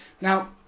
now